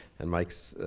and mike's,